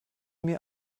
mir